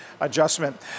adjustment